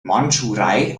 mandschurei